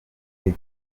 gihe